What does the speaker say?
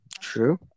True